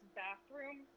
bathroom